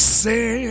say